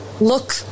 Look